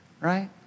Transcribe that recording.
right